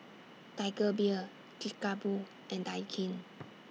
Tiger Beer Kickapoo and Daikin